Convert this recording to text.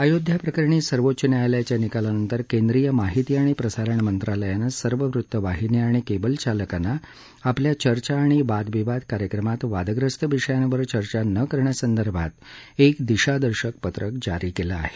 अयोध्या प्रकरणी सर्वोच्च न्यायालयाच्या निकालानंतर केंद्रीय माहिती आणि प्रसारण मंत्रालयानं सर्व वृत्त वाहिन्या आणि केबल चालकांना आपल्या चर्चा आणि वादविवाद कार्यक्रमात वादग्रस्त विषयांवर चर्चा न करण्यासंदर्भात एक दिशादर्शक पत्रक जारी केलं आहे